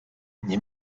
nie